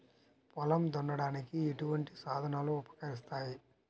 పొలం దున్నడానికి ఎటువంటి సాధనాలు ఉపకరిస్తాయి?